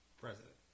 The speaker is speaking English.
President